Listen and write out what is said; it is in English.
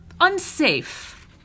unsafe